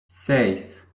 seis